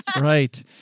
Right